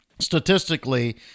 statistically